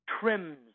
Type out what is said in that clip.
trims